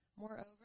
Moreover